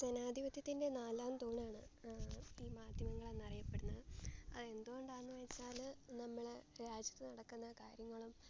ജനാധിപത്യത്തിൻ്റെ നാലാം തൂണാണ് ഈ മാധ്യമങ്ങൾ എന്നറിയപ്പെടുന്നത് അത് എന്തുകൊണ്ടാണെന്ന് വെച്ചാൽ നമ്മൾ രാജ്യത്ത് നടക്കുന്ന കാര്യങ്ങളും